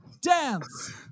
dance